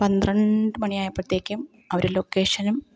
പന്ത്രണ്ട് മണിയായപ്പോഴത്തേക്കും അവര് ലൊക്കേഷനും